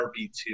rb2